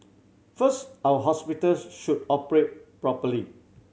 first our hospitals should operate properly